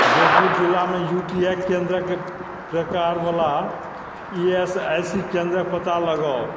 जोधपुर जिलामे U T I केंद्रक प्रकारवला ई एस आई सी केंद्रक पता लगाउ